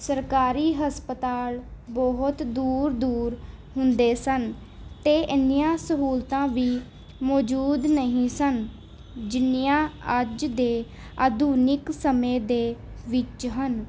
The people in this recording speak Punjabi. ਸਰਕਾਰੀ ਹਸਪਤਾਲ ਬਹੁਤ ਦੂਰ ਦੂਰ ਹੁੰਦੇ ਸਨ ਅਤੇ ਇੰਨੀਆਂ ਸਹੂਲਤਾਂ ਵੀ ਮੌਜੂਦ ਨਹੀਂ ਸਨ ਜਿੰਨੀਆਂ ਅੱਜ ਦੇ ਆਧੁਨਿਕ ਸਮੇਂ ਦੇ ਵਿੱਚ ਹਨ